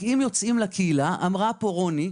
יוצאים לקהילה אמרה רוני,